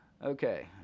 Okay